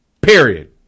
Period